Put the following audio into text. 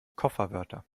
kofferwörter